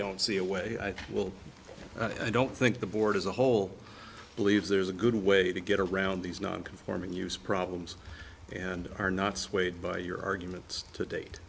don't see a way i will i don't think the board as a whole believes there's a good way to get around these non conforming use problems and are not swayed by your arguments to date